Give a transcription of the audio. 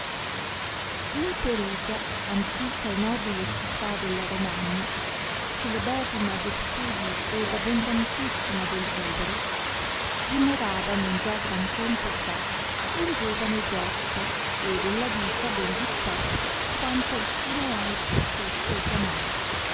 in perugia antica e nobile città della romagna celeberrima de studi ed abondantissima del vivere dimorava non già gran tempo fa un giovane giotlo e della vita ben disposto quanto alcuno altro fusse giamai